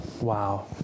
Wow